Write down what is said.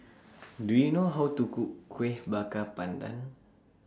Do YOU know How to Cook Kueh Bakar Pandan